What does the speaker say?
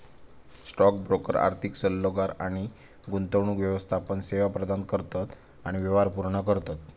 stock broker आर्थिक सल्लोगार आणि गुंतवणूक व्यवस्थापन सेवा प्रदान करतत आणि व्यवहार पूर्ण करतत